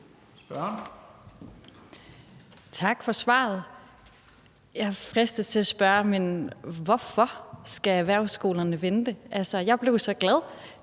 Rod (RV): Tak for svaret. Jeg fristes til at spørge: Men hvorfor skal erhvervsskolerne vente? Altså, jeg blev så glad,